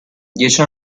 dieci